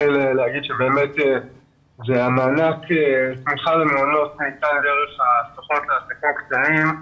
באמת המענק למעונות היה דרך הסוכנות לעסקים קטנים,